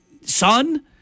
son